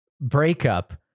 breakup